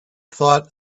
thought